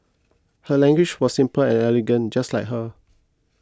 her language was simple and elegant just like her